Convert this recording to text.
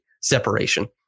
separation